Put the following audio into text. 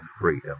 freedom